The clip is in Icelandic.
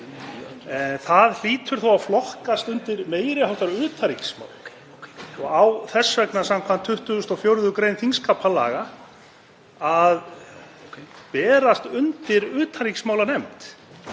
Það hlýtur þó að flokkast undir meiri háttar utanríkismál og á þess vegna samkvæmt 24. gr. þingskapalaga að bera undir utanríkismálanefnd.